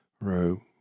row